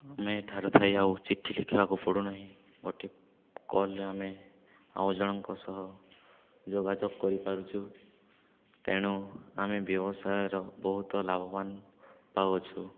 ଆମେ ଏଠାରେ ଥାଇ ଆଉ ଚିଠି ଲେଖିବାକୁ ପଡ଼ୁନାହିଁ ଗୋଟେ କଲ୍ରେ ଆମେ ଆଉ ଜଣଙ୍କ ସହ ଯୋଗାଯୋଗ କରିପାରୁଛୁ ତେଣୁ ଆମେ ବ୍ୟବସାୟର ବହୁତ ଲାଭବାନ ପାଉଅଛୁ